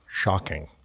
Shocking